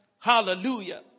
Hallelujah